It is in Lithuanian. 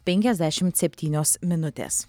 penkiasdešimt septynios minutės